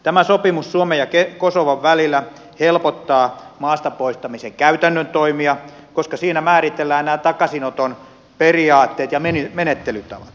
tämä sopimus suomen ja kosovon välillä helpottaa maasta poistamisen käytännön toimia koska siinä määritellään nämä takaisinoton periaatteet ja menettelytavat